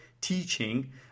teaching